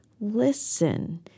listen